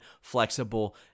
flexible